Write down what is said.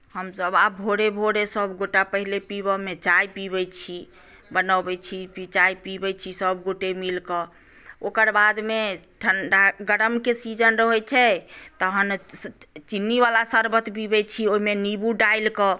हमसभ आब भोरे भोरे सभगोटे पहिने पिबयमे चाय पिबैत छी बनबैत छी चाय पिबैत छी सभगोटे मिलि कऽ ओकर बादमे ठण्ढा गरमके सीजन रहैत छै तहन चिन्नीवला शर्बत पीबैत छी ओहिमे नीम्बू डालि कऽ